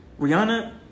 Rihanna